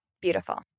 Beautiful